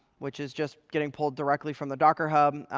which is just getting pulled directly from the docker hub.